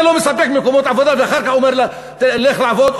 אתה לא מספק מקומות עבודה ואחר כך אומר: לך לעבוד?